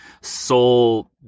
soul